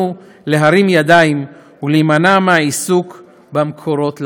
להרים ידיים ולהימנע מהעיסוק במקורות הבעיה.